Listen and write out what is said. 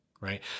right